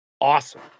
awesome